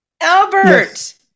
Albert